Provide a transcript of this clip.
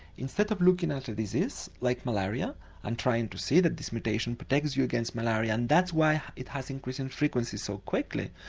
instead of looking at a disease like malaria and trying to see that this mutation protects you against malaria and that's why it has increased in frequency so quickly.